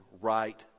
right